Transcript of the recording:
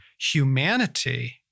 humanity